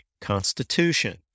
Constitution